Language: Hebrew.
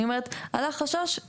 מה שאני אומרת זה שעלה חשש,